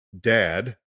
dad